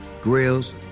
grills